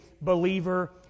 believer